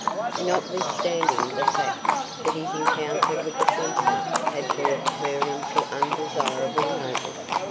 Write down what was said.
notwithstanding the fact that his encounter with the censor had brought her into undesirable notice,